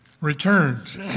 returns